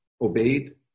obeyed